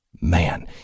man